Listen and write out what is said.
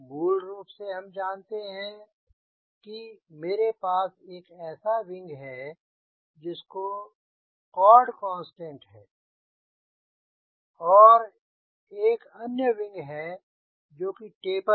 मूल रूप से हम जानते हैं कि मेरे पास एक ऐसा विंग है जिसका कॉर्ड कांस्टेंट है और एक अन्य विंग है जो कि टेपर है